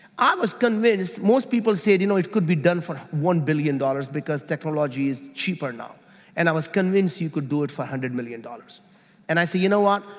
i was convinced most people said, you know, it could be done for one billion dollars because technology is cheaper now and i was convinced you could do it for one hundred million dollars and i say, you know what,